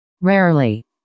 Rarely